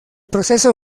proceso